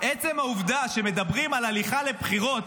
עצם העובדה שמדברים על הליכה לבחירות